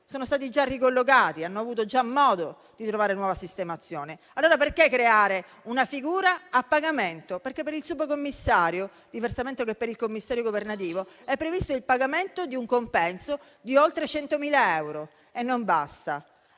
sono stati già ricollocati, hanno avuto già modo di trovare una nuova sistemazione. Allora perché creare una figura a pagamento? Per il subcommissario, infatti, diversamente che per il commissario governativo, è previsto il pagamento di un compenso di oltre 100.000 euro. Ma non basta: